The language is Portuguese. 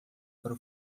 para